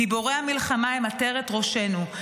גיבורי המלחמה הם עטרת ראשנו.